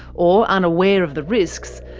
or unaware of the risks,